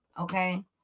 Okay